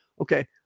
Okay